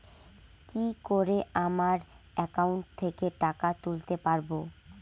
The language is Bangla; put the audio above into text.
কি করে আমার একাউন্ট থেকে টাকা তুলতে পারব?